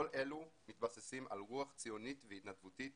כל אלה מתבססים על רוח ציונית והתנדבותית